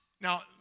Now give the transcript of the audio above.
Now